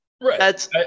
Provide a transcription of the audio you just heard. Right